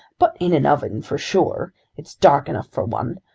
but in an oven for sure. it's dark enough for one.